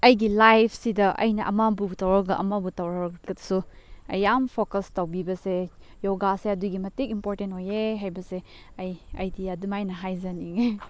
ꯑꯩꯒꯤ ꯂꯥꯏꯐꯁꯤꯗ ꯑꯩꯅ ꯑꯃꯕꯨ ꯇꯧꯔꯒ ꯑꯃꯕꯨ ꯇꯧꯔꯨꯕꯗꯁꯨ ꯑꯩ ꯌꯥꯝ ꯐꯣꯀꯁ ꯇꯧꯕꯤꯕꯁꯦ ꯌꯣꯒꯥꯁꯦ ꯑꯗꯨꯛꯀꯤ ꯃꯇꯤꯛ ꯏꯝꯄꯣꯔꯇꯦꯟ ꯑꯣꯏꯌꯦ ꯍꯥꯏꯕꯁꯦ ꯑꯩ ꯑꯩꯗꯤ ꯑꯗꯨꯃꯥꯏꯅ ꯍꯥꯏꯖꯅꯤꯡꯉꯦ